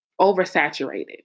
oversaturated